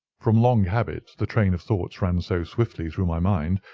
from long habit the train of thoughts ran so swiftly through my mind,